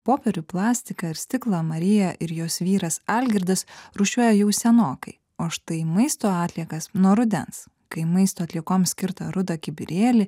popierių plastiką ir stiklą mariją ir jos vyras algirdas rūšiuoja jau senokai o štai maisto atliekas nuo rudens kai maisto atliekoms skirtą rudą kibirėlį